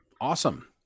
Awesome